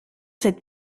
cette